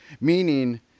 meaning